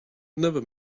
never